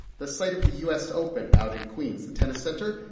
the site of the u s. open out in queens, the tennis center,